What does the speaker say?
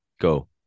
Go